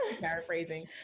paraphrasing